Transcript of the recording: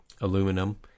aluminum